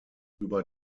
über